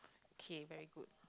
okay very good